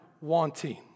wanting